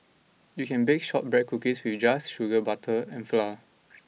you can bake shortbread cookies with just sugar butter and flour